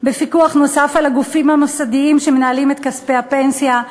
בפיקוח נוסף על הגופים המוסדיים שמנהלים את כספי הפנסיה,